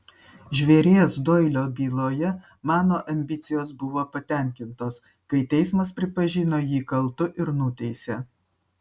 žvėries doilio byloje mano ambicijos buvo patenkintos kai teismas pripažino jį kaltu ir nuteisė